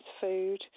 food